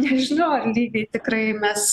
nežinau ar lygiai tikrai mes